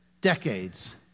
decades